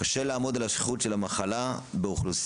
קשה לאמוד על השכיחות של המחלה באוכלוסייה.